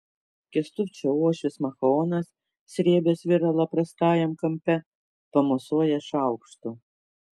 kęstučio uošvis machaonas srėbęs viralą prastajam kampe pamosuoja šaukštu